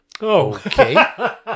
okay